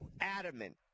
Adamant